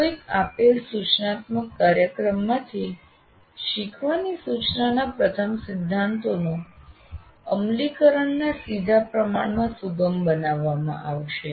કોઈક આપેલ સૂચનાત્મક કાર્યક્રમમાંથી શીખવાની સૂચનાના પ્રથમ સિદ્ધાંતોના અમલીકરણના સીધા પ્રમાણમાં સુગમ બનાવવામાં આવશે